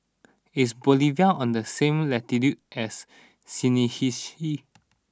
is Bolivia on the same latitude as Seychelles